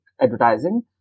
advertising